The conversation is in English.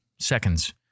seconds